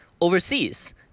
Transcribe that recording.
overseas